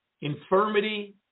infirmity